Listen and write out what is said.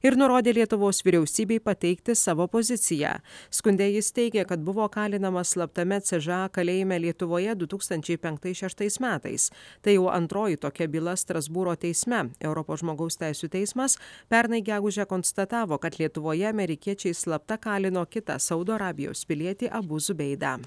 ir nurodė lietuvos vyriausybei pateikti savo poziciją skunde jis teigė kad buvo kalinamas slaptame ce že a kalėjime lietuvoje du tūkstančiai penktais šeštais metais tai jau antroji tokia byla strasbūro teisme europos žmogaus teisių teismas pernai gegužę konstatavo kad lietuvoje amerikiečiai slapta kalino kitą saudo arabijos pilietį abuzu beidą